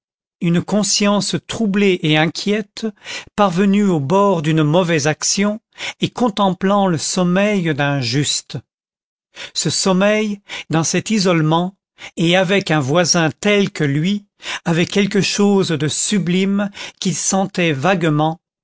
une conscience troublée et inquiète parvenue au bord d'une mauvaise action et contemplant le sommeil d'un juste ce sommeil dans cet isolement et avec un voisin tel que lui avait quelque chose de sublime qu'il sentait vaguement